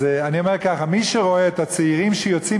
אני אומר ככה: מי שרואה את הצעירים שיוצאים